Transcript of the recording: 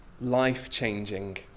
life-changing